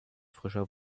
frischer